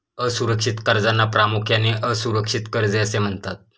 असुरक्षित कर्जांना प्रामुख्याने असुरक्षित कर्जे असे म्हणतात